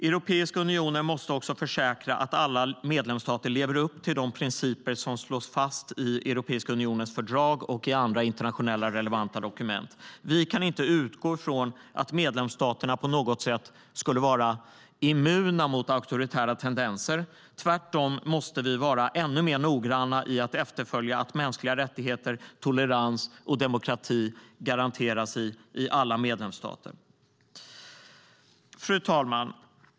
Europeiska unionen måste försäkra sig om att alla medlemsstater lever upp till de principer som slås fast i EU:s fördrag och andra internationella relevanta dokument. Vi kan inte utgå ifrån att medlemsstaterna på något sätt skulle vara immuna mot auktoritära tendenser. Tvärtom måste vi vara ännu mer noggranna i att efterfölja att mänskliga rättigheter, tolerans och demokrati garanteras i alla medlemsstater. Fru talman!